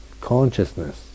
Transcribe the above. consciousness